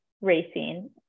racing